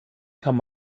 kann